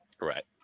Right